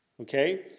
Okay